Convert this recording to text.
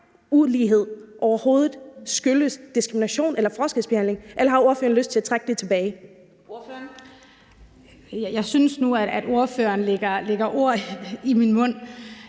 ulighed overhovedet skyldes diskrimination eller forskelsbehandling, eller har ordføreren lyst til at trække det tilbage? Kl. 16:04 Anden næstformand